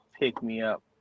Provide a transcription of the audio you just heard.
pick-me-up